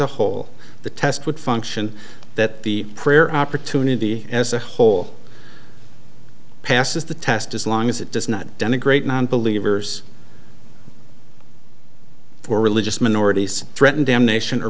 a whole the test would function that the prayer opportunity as a whole passes the test as long as it does not denigrate nonbelievers for religious minorities threaten damnation or